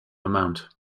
amount